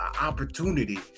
opportunity